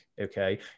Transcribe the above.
okay